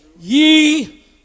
ye